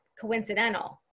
coincidental